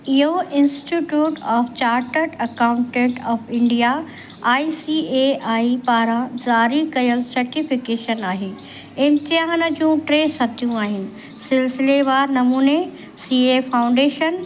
इहो institute of chartered accountant of India I C A I पारां ज़ारी कयलु सर्टिफिकेशन आहे इम्तिहान जूं टे सतियूं आहिनि सिलसिलेवार नमूने सी ए फाउंडेशन